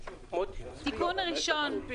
תיקון ראשון: